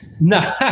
No